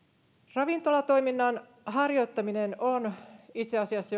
ravintolatoiminnan harjoittaminen on itse asiassa